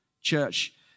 Church